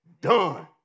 done